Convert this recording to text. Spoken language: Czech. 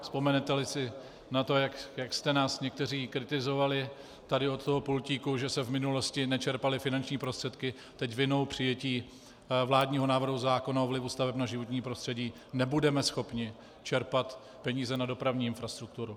Vzpomeneteli si na to, jak jste nás někteří kritizovali tady od toho pultíku, že se v minulosti nečerpaly finanční prostředky, teď vinou přijetí vládního návrhu zákona o vlivu staveb na životní prostředí nebudeme schopni čerpat peníze na dopravní infrastrukturu.